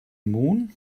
moon